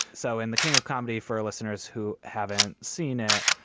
so in the king of comedy for our listeners who haven't seen it.